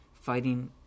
fighting